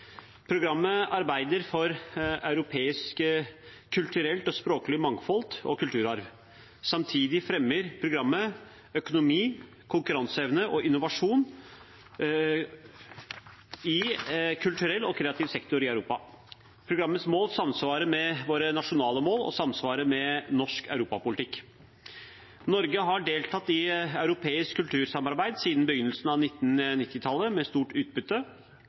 Programmet arbeider for europeisk kulturelt og språklig mangfold og europeisk kulturarv. Samtidig fremmer programmet økonomi, konkurranseevne og innovasjon i kulturell og kreativ sektor i Europa. Programmets mål samsvarer med våre nasjonale mål og med norsk europapolitikk. Norge har deltatt i europeisk kultursamarbeid siden begynnelsen av 1990-tallet med stort utbytte.